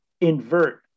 invert